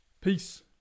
Peace